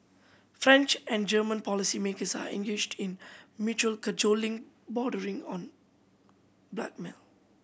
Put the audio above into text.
French and German policymakers are engaged in mutual cajoling bordering on blackmail